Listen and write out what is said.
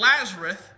Lazarus